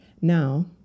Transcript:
Now